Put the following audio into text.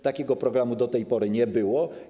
Takiego programu do tej pory nie było.